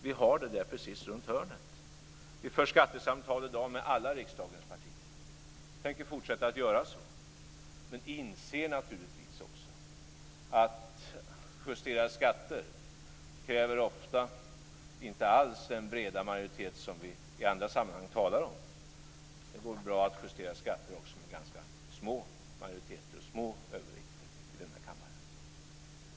Vi har det precis runt hörnet. Vi för i dag skattesamtal med alla riksdagens partier och tänker fortsätta att göra så. Vi inser naturligtvis också att justera skatter ofta inte alls kräver den breda majoritet vi i andra sammanhang talar om. Det går bra att justera skatter också med ganska små majoriteter och små övervikter i denna kammare.